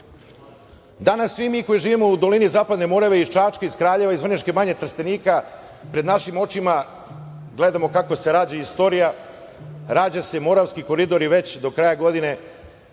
lane. Danas svi mi koji živimo u dolini Zapadne Morave, iz Čačka, Kraljeva, Vrnjačke Banje, Trstenika, pred našim očima gledamo kako se rađa istorija, rađa se Moravski koridor i već do kraja godine